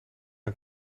een